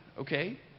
okay